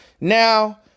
Now